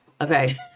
Okay